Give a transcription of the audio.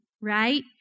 right